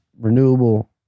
renewable